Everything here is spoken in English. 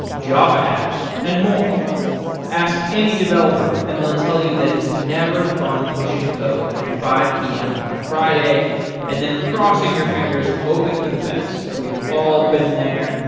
java apps and more ask any developer and they'll tell you that it's never fun pushing code at five pm on a friday and then crossing your fingers, hoping for the best. we've all been there,